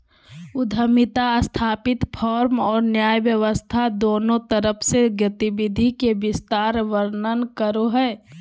उद्यमिता स्थापित फर्म और नया व्यवसाय दुन्नु तरफ से गतिविधि के विस्तार वर्णन करो हइ